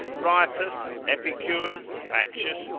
riotous, epicures, factious,